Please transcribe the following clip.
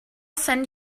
send